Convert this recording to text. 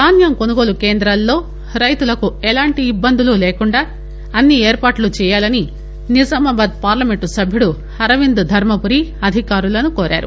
ధాన్యం కొనుగోలు కేందాల్లో రైతులకు ఎలాంటి ఇబ్బందులు లేకుండా అన్ని ఏర్పాట్లు చేయాలని నిజామాబాద్ పార్లమెంట్ సభ్యుడు అరవింద్ ధర్మపురి అధికారులను కోరారు